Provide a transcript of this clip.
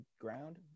ground